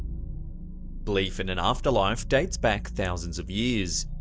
belief in an afterlife dates back thousands of years.